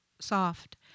soft